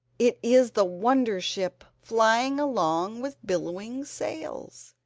it is the wonder-ship flying along with billowing sails.